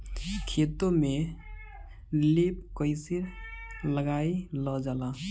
खेतो में लेप कईसे लगाई ल जाला?